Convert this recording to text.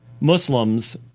Muslims